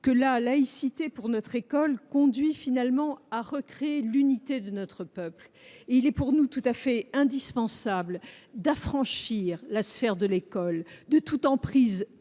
la laïcité à l’école conduit à recréer l’unité de notre peuple. Il est pour nous tout à fait indispensable d’affranchir la sphère de l’école de toute emprise liée